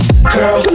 Girl